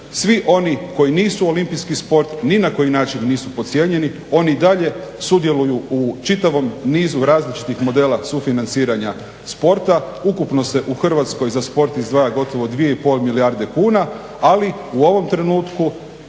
svi oni koji nisu olimpijski sport, ni na koji način nisu podcijenjeni, oni i dalje sudjeluju u čitavom nizu različitih modela sufinanciranja sporta. Ukupno se u Hrvatskoj za sport izdvaja gotovo dvije i pol milijarde kuna. Ali u ovom trenutku